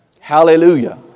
Hallelujah